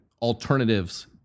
Alternatives